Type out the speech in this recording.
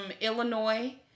Illinois